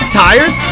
tires